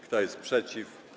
Kto jest przeciw?